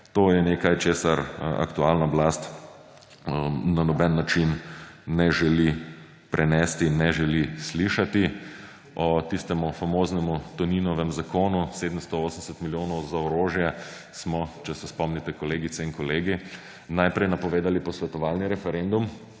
To je nekaj, česar aktualna oblast na noben način ne želi prenesti in ne želi slišati. O tistem famoznem Toninovem zakonu, 780 milijonov za orožje, smo − če se spomnite, kolegice in kolegi − najprej napovedali posvetovalni referendum,